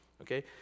okay